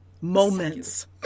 moments